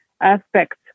aspects